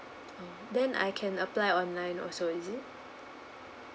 oh then I can apply online also is it